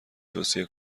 توصیه